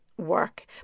Work